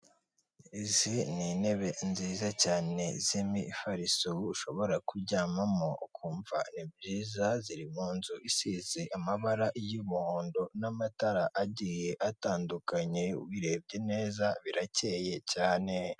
Izi ni intebe nziza cyane z'imifariso, ubu ushobora kuryamamo ukumva ni byiza. ziri mu nzu isize amabara y'umuhondo n'amatara agiye atandukanye, ubirebye neza birakeye cyane.